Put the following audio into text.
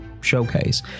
showcase